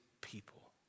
people